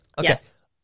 Yes